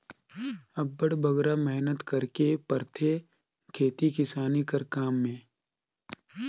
अब्बड़ बगरा मेहनत करेक परथे खेती किसानी कर काम में